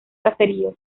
caseríos